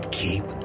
keep